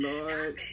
Lord